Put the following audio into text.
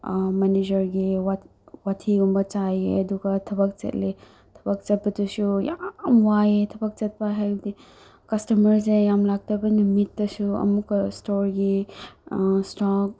ꯃꯦꯅꯦꯖꯔꯒꯤ ꯋꯥꯊꯤꯒꯨꯝꯕ ꯆꯥꯏꯑꯦ ꯑꯗꯨꯒ ꯊꯕꯛ ꯆꯠꯂꯦ ꯊꯕꯛ ꯆꯠꯄꯗꯨꯁꯨ ꯌꯥꯝ ꯋꯥꯏꯑꯦ ꯊꯕꯛ ꯆꯠꯄ ꯍꯥꯏꯕꯗꯤ ꯀꯁꯇꯃꯔꯁꯦ ꯌꯥꯝ ꯂꯥꯛꯇꯕ ꯅꯨꯃꯤꯠꯇꯁꯨ ꯑꯃꯨꯛꯀ ꯏꯁꯇꯣꯔꯒꯤ ꯏꯁꯇꯣꯛ